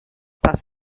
das